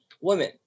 women